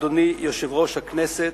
אדוני יושב-ראש הכנסת,